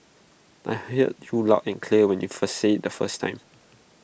I heard you loud and clear when you first said IT the first time